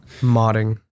modding